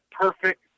perfect